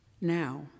now